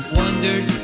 wondered